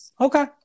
Okay